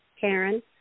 Karen